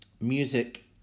Music